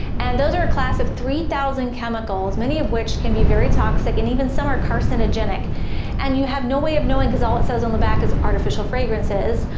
and those are a class of three thousand chemicals, many of which can be very toxic and even some are carcinogenic and you have no way of knowing because all it says on the back is artificial fragrances,